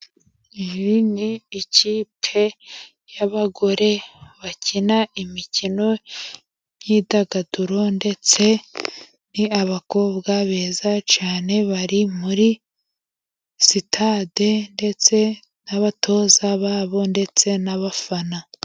Iyi ni ikipe y'abagore bakina imikino nk'imyidagaduro, ndetse n'abakobwa beza cyane bari muri sitade, ndetse n'abatoza babo ndetse n'abafana.